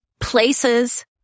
places